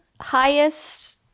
highest